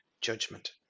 judgment